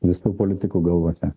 visų politikų galvose